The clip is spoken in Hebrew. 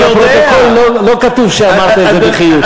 בפרוטוקול לא כתוב שאמרת את זה בחיוך.